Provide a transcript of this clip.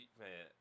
man